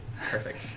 perfect